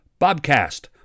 bobcast